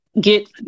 Get